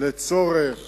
לצורך